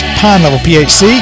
pinelevelphc